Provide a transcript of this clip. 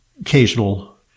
occasional